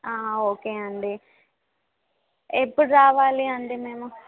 okay అండి ఎప్పుడు రావాలి అండి మేము